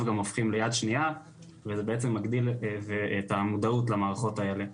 גם הופכים ליד שנייה וזה מגדיל את המודעות למערכות האלה,